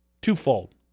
twofold